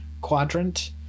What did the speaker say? quadrant